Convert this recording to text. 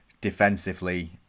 defensively